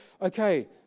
okay